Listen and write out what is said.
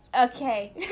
Okay